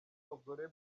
abagore